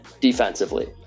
defensively